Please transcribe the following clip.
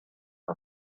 for